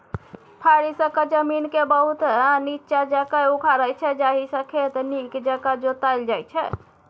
फारी सक्खत जमीनकेँ बहुत नीच्चाँ जाकए उखारै छै जाहिसँ खेत नीक जकाँ जोताएल जाइ छै